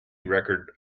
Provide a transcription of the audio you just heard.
record